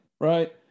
right